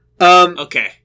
Okay